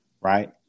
Right